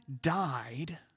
died